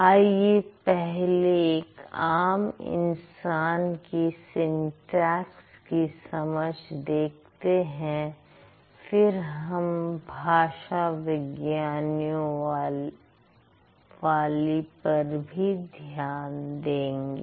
आइए पहले एक आम इंसान की सिंटेक्स की समझ देखते हैं फिर हम भाषा विज्ञानियों वाली पर भी ध्यान देंगे